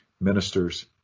ministers